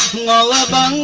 la la la